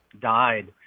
died